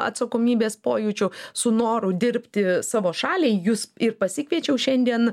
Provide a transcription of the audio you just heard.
atsakomybės pojūčiu su noru dirbti savo šaliai jus ir pasikviečiau šiandien